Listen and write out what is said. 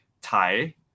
thai